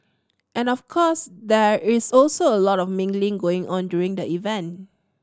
and of course there is also a lot of mingling going on during the event